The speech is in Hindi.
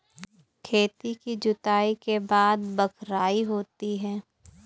खेती की जुताई के बाद बख्राई होती हैं?